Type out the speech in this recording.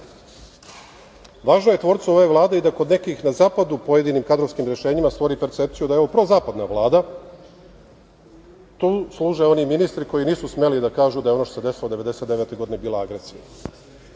je tvorcu ove Vlade i da kod nekih na zapadu pojedinim kadrovskim rešenjima stvori percepciju da je ovo prozapadna Vlada. Tu služe oni ministri koji nisu smeli da kažu da je ono što se desilo 1999. godine bila agresija,